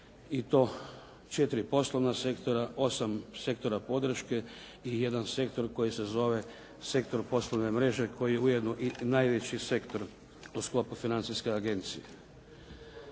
i to 4 poslovna sektora, 8 sektora podrške i jedan sektor koji se zove Sektor poslovne mreže koji je ujedno i najveći sektor u sklopu Financijske agencije.